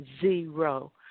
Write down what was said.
Zero